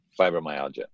fibromyalgia